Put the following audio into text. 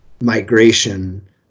migration